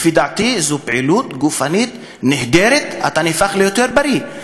לפי דעתי זאת פעילות גופנית נהדרת ואתה נהפך ליותר בריא.